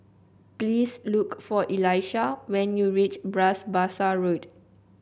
please look for Elisha when you reach Bras Basah Road